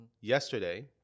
Yesterday